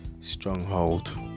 stronghold